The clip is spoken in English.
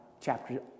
chapter